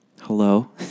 Hello